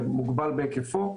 ומוגבל בהיקפו.